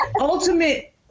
Ultimate